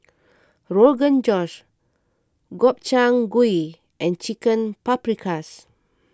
Rogan Josh Gobchang Gui and Chicken Paprikas